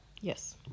Yes